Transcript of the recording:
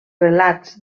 relats